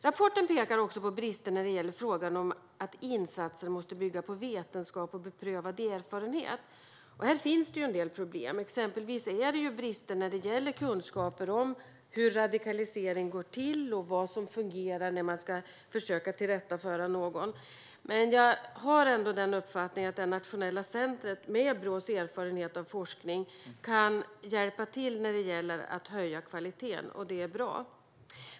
Rapporten pekar också på brister när det gäller frågan om att insatser måste bygga på vetenskap och beprövad erfarenhet. Här finns det en del problem. Exempelvis är det brister när det gäller kunskaper om hur radikalisering går till och vad som fungerar när man ska försöka tillrättaföra någon. Men jag har ändå uppfattningen att det nationella centrumet, med Brås erfarenhet av forskning, kan hjälpa till när det gäller att höja kvaliteten. Det är bra.